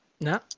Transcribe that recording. No